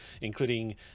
including